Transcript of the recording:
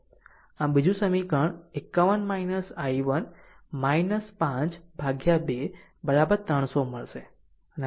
આમ બીજું સમીકરણ 51 i1 5 2 300 મળશે